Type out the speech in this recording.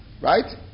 Right